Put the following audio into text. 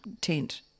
tent